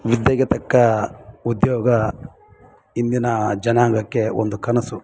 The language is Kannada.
ವಿದ್ಯೆಗೆ ತಕ್ಕ ಉದ್ಯೋಗ ಇಂದಿನ ಜನಾಂಗಕ್ಕೆ ಒಂದು ಕನಸು